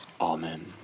Amen